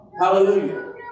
Hallelujah